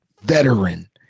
veteran